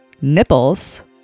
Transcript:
nipples